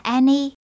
Annie